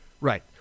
Right